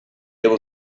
able